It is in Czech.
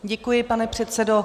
Děkuji, pane předsedo.